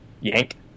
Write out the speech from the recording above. yank